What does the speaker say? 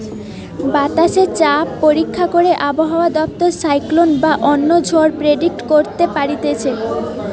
বাতাসে চাপ পরীক্ষা করে আবহাওয়া দপ্তর সাইক্লোন বা অন্য ঝড় প্রেডিক্ট করতে পারতিছে